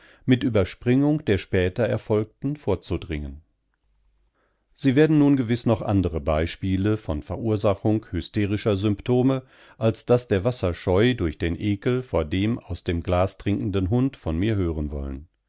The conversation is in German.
mit überspringung der später erfolgten vorzudringen sie werden nun gewiß noch andere beispiele von verursachung hysterischer symptome als das der wasserscheu durch den ekel vor dem aus dem glas trinkenden hund von mir hören wollen